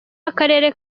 akarere